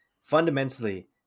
fundamentally